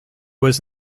was